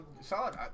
Solid